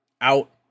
out